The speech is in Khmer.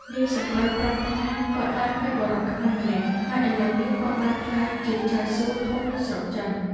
នាយសំពៅប្រាប់ថាគាត់បានឃើញបុរសខ្មែរម្នាក់ ហើយឥឡូវនេះគាត់បានក្លាយជាចៅសួធំនៅស្រុកចិន។